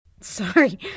Sorry